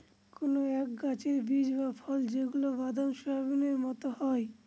কোনো এক গাছের বীজ বা ফল যেগুলা বাদাম, সোয়াবিনের মতো হয়